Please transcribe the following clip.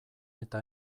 eta